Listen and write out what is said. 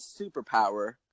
superpower